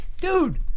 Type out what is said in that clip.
Dude